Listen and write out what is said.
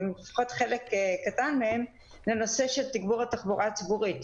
לפחות חלק קטן ממנה לנושא של תגבור התחבורה הציבורית.